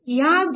ह्या 2